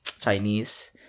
Chinese